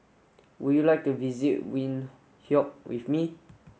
would you like to visit Windhoek with me